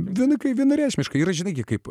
viena kai vienareikšmiškai yra žinai gi kaip